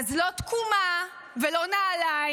אז לא תקומה ולא נעליים.